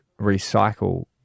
recycle